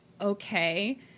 okay